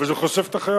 אבל זה חושף את החייל,